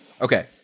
Okay